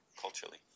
culturally